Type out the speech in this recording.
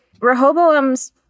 Rehoboam's